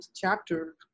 chapter